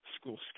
school